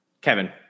Kevin